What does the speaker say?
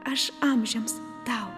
aš amžiams tau